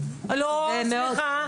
לא, סליחה.